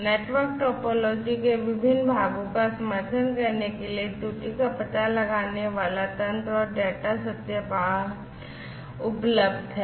network topology के विभिन्न भागों का समर्थन करने के लिए त्रुटि का पता लगाने वाले तंत्र और डेटा सत्यापन उपलब्ध हैं